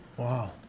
Wow